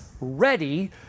ready